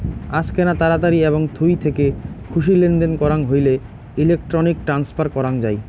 আজকেনা তাড়াতাড়ি এবং থুই থেকে খুশি লেনদেন করাং হইলে ইলেক্ট্রনিক ট্রান্সফার করাং যাই